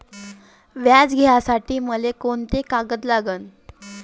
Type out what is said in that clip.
व्याज घ्यासाठी मले कोंते कागद लागन?